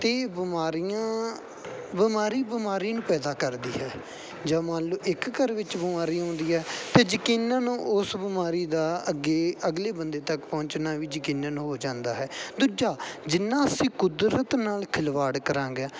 ਕਈ ਬਿਮਾਰੀਆਂ ਬਿਮਾਰੀ ਬਿਮਾਰੀ ਨੂੰ ਪੈਦਾ ਕਰਦੀ ਹੈ ਜਾਂ ਮੰਨ ਲਓ ਇੱਕ ਘਰ ਵਿੱਚ ਬਿਮਾਰੀ ਆਉਂਦੀ ਹੈ ਅਤੇ ਯਕੀਨਨ ਉਸ ਬਿਮਾਰੀ ਦਾ ਅੱਗੇ ਅਗਲੇ ਬੰਦੇ ਤੱਕ ਪਹੁੰਚਣਾ ਵੀ ਯਕੀਨਨ ਹੋ ਜਾਂਦਾ ਹੈ ਦੂਜਾ ਜਿੰਨਾਂ ਅਸੀਂ ਕੁਦਰਤ ਨਾਲ ਖਿਲਵਾੜ ਕਰਾਂਗੇ